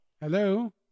Hello